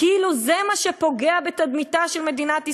כאילו זה מה שפוגע בתדמיתה של מדינת ישראל.